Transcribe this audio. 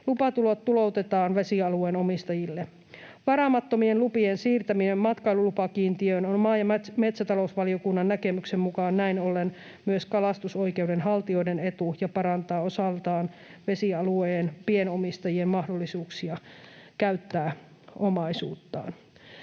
Lupatulot tuloutetaan vesialueen omistajille. Varaamattomien lupien siirtäminen matkailulupakiintiöön on maa‑ ja metsätalousvaliokunnan näkemyksen mukaan näin ollen myös kalastusoikeuden haltijoiden etu ja parantaa osaltaan vesialueen pienomistajien mahdollisuuksia käyttää omaisuuttaan.